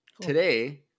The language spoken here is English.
today